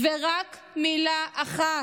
ורק מילה אחת